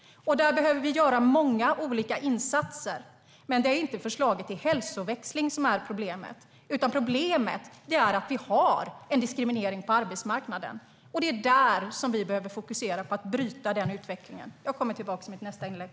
Där behöver vi göra många olika insatser, men det är inte förslaget till hälsoväxling som är problemet, utan problemet är att vi har en diskriminering på arbetsmarknaden, och det är där vi behöver fokusera på att bryta denna utveckling. Jag kommer tillbaka till det i mitt nästa inlägg.